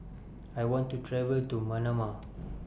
I want to travel to Manama